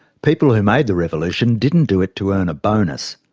people who made the revolution didn't do it to earn a bonus.